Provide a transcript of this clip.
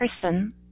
person